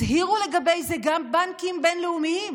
הזהירו לגבי זה גם בנקים בין-לאומיים